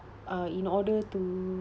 uh in order to~